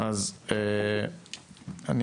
אנחנו